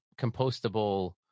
compostable